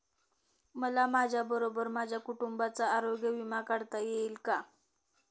मला माझ्याबरोबर माझ्या कुटुंबाचा आरोग्य विमा काढता येईल का?